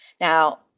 now